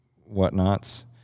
whatnots